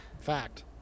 Fact